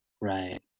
Right